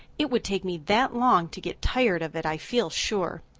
it would take me that long to get tired of it, i feel sure.